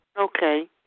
Okay